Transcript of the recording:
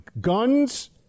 guns